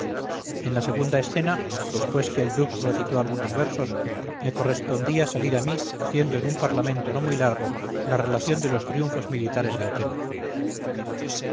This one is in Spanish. en la segunda escena después que el dux recitó algunos versos me correspondía salir a mí haciendo en un parlamento no muy largo la relación de los triunfos militares de otelo